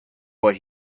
what